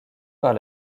par